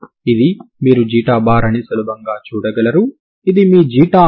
అంటే కుడి చేతి వైపున ఉన్న మొత్తం 0 అవుతుంది అంటే 2 ∞wtxt2dxT2 ∞wxxt2dx విలువ 0 అవుతుంది